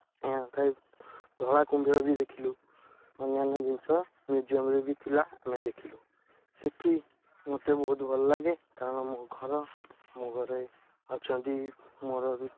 ଥାଏ ଧଳା କୁମ୍ଭୀର ବି ଦେଖିଲୁ ଅନ୍ୟାନ୍ୟ ଜିନିଷ ମ୍ୟୁଜିୟମ୍ରେ ବି ଥିଲା ଆମେ ଦେଖିଲୁ ସେଇଠି ମୋତେ ବହୁତ ଭଲ ଲାଗେ କାରଣ ମୋ ଘର ଆମ ଘରେ ଅଛନ୍ତି ମୋର